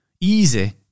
Easy